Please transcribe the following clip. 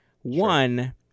One